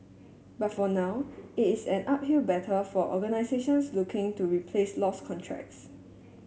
but for now it is an uphill battle for organisations looking to replace lost contracts